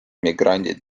migrandid